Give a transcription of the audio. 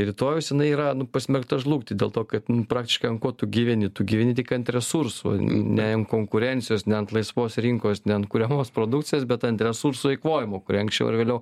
rytojaus jinai yra pasmerkta žlugti dėl to kad praktiškai ant ko tu gyveni tu gyveni tik ant resursų ne ant konkurencijos ne ant laisvos rinkos ne ant kuriamos produkcijos bet ant resursų eikvojimo kurie anksčiau ar vėliau